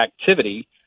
activity